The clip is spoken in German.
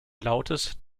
lautes